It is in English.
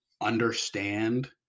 understand